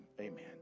Amen